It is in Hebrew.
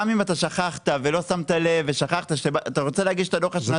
גם אם אתה שכחת ולא שמת לב ואתה רוצה להגיש את הדוח השנתי,